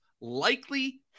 likely